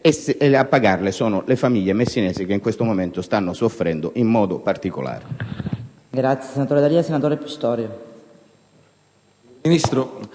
A pagare sono le famiglie messinesi, che in questo momento stanno soffrendo in modo particolare.